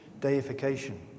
deification